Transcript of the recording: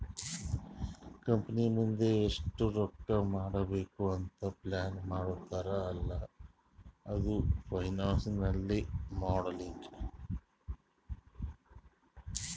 company ಮುಂದ್ ಎಷ್ಟ ರೊಕ್ಕಾ ಮಾಡ್ಬೇಕ್ ಅಂತ್ ಪ್ಲಾನ್ ಮಾಡ್ತಾರ್ ಅಲ್ಲಾ ಅದು ಫೈನಾನ್ಸಿಯಲ್ ಮೋಡಲಿಂಗ್